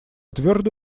твердо